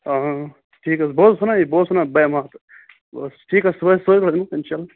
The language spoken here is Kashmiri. آ ٹھیٖک حظ بہٕ حظ اوسُس ونان یہِ بہٕ اوسُس ونان بہٕ یِمہٕ ہا بہٕ اوسُس ٹھیٖک حظ چھُ صُبحن حظ یِِمہٕ انشاء اللہ